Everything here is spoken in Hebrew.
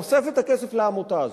אוסף את הכסף לעמותה הזאת,